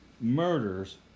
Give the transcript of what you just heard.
murders